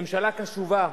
הממשלה קשובה,